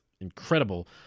incredible